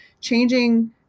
changing